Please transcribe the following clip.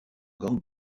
gang